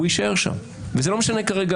אין כרגע